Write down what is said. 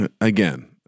again